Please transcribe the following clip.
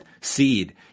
seed